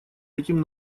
этим